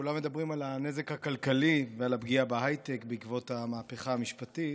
כולם מדברים על הנזק הכלכלי ועל הפגיעה בהייטק בעקבות המהפכה המשפטית,